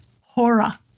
Hora